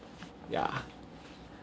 ya